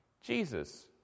Jesus